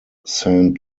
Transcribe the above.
saint